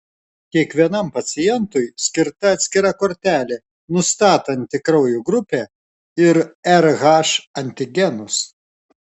kiekvienam pacientui skirta atskira kortelė nustatanti kraujo grupę ir rh antigenus